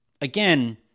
again